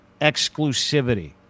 exclusivity